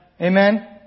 Amen